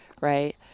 right